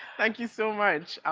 thank you so much?